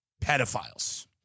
pedophiles